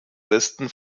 westen